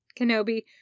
Kenobi